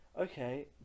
okay